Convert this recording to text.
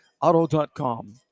auto.com